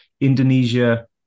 indonesia